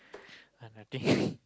ah nothing